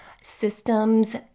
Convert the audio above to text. systems